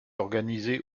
organisé